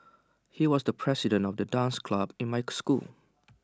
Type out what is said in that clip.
he was the president of the dance club in mike school